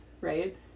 right